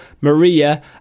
Maria